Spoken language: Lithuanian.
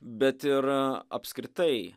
bet ir apskritai